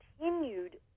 continued